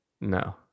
No